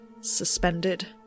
suspended